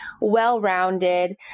well-rounded